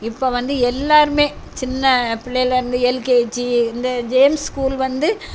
இப்போ வந்து எல்லாருமே சின்ன பிள்ளையிலேருந்து எல்கேஜி இந்த ஜேம்ஸ் ஸ்கூல் வந்து